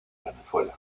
venezuela